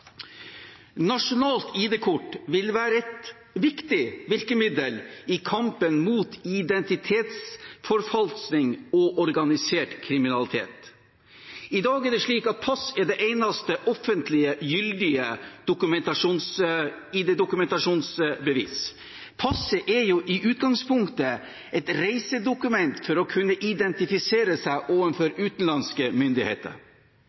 Nasjonalt ID-kort vil være et viktig virkemiddel i kampen mot identitetsforfalskning og organisert kriminalitet. I dag er det slik at pass er det eneste gyldige offentlige ID-dokumentasjonsbevis. Passet er i utgangspunktet et reisedokument for å kunne identifisere seg overfor utenlandske myndigheter.